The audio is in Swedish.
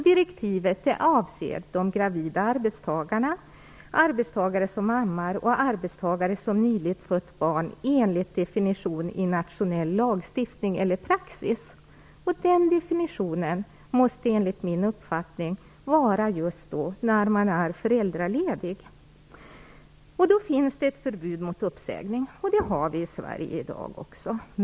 Direktivet avser de gravida arbetstagarna, arbetstagare som ammar och arbetstagare som nyligen har fött barn, såsom denna grupp definieras i nationell lagstiftning eller praxis. Den definitionen måste enligt min uppfattning motsvara just de personer som är föräldralediga. Det finns då ett förbud mot uppsägning, och ett sådant har vi också i dag i Sverige.